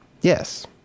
Yes